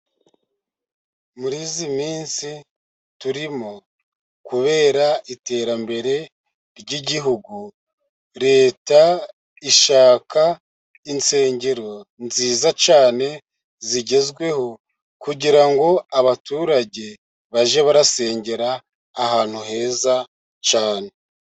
Muri iyi minsi turimo kubera iterambere ry'Igihugu, Leta ishaka insengero nziza cyane zigezweho, kugira ngo abaturage bajye barasengera ahantu heza cyane.